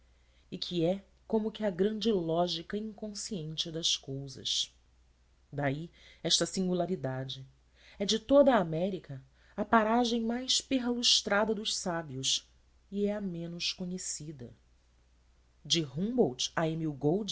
e que é como que a grande lógica inconsciente das coisas daí esta singularidade é de toda a américa a paragem mais perlustrada dos sábios e é a menos conhecida de humboldt a